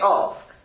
ask